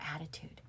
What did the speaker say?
attitude